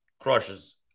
crushes